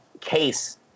case